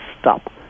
stop